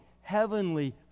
heavenly